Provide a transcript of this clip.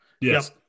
Yes